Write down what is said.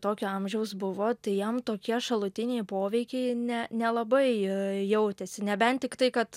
tokio amžiaus buvo tai jam tokie šalutiniai poveikiai ne nelabai jautėsi nebent tiktai kad